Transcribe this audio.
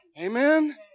Amen